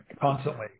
constantly